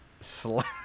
slap